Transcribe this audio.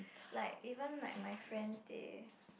like even like my friends they